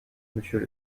monsieur